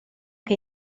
che